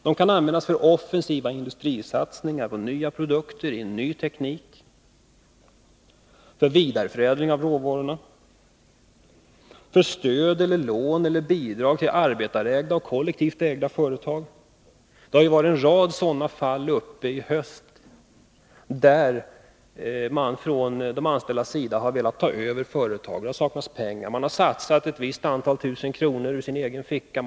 De kan användas för offensiva industrisatsningar på nya produkter, i ny teknik, för vidareförädling av råvarorna, för stöd eller lån eller bidrag till arbetarägda och kollektivt ägda företag. Det har ju i höst förekommit en rad sådana fall, där man från de anställdas sida har velat ta över företagen. Det har saknats pengar. Man har satsat ett visst antal tusen kronor ur sin egen ficka.